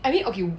I mean okay